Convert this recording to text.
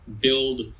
build